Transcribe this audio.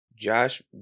Josh